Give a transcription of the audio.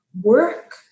work